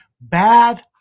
bad